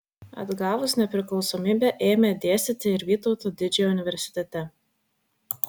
atgavus nepriklausomybę ėmė dėstyti ir vytauto didžiojo universitete